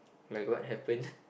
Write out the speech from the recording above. like what happened